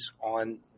on